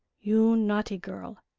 you naughty girl!